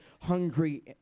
hungry